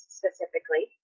specifically